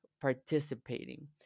participating